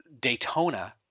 Daytona